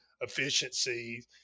efficiency